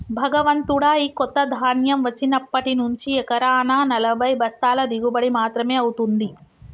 భగవంతుడా, ఈ కొత్త ధాన్యం వచ్చినప్పటి నుంచి ఎకరానా నలభై బస్తాల దిగుబడి మాత్రమే అవుతుంది